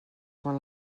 quan